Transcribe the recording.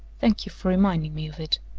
thank you for reminding me of it.